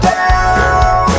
down